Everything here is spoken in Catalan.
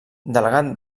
delegat